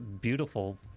beautiful